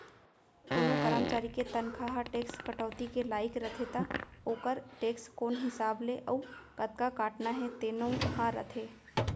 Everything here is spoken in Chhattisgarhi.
कोनों करमचारी के तनखा ह टेक्स कटौती के लाइक रथे त ओकर टेक्स कोन हिसाब ले अउ कतका काटना हे तेनो ह रथे